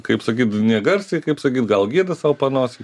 kaip sakyt negarsiai kaip sakyt gal gieda sau panosėj